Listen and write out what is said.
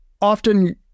often